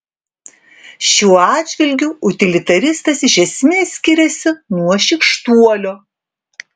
šiuo atžvilgiu utilitaristas iš esmės skiriasi nuo šykštuolio